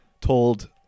told